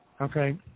okay